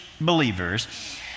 believers